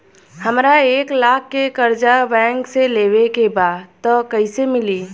हमरा एक लाख के कर्जा बैंक से लेवे के बा त कईसे मिली?